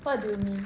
what do you mean